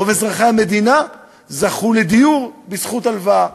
רוב אזרחי המדינה זכו לדיור בזכות הלוואה,